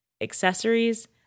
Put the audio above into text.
accessories